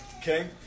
Okay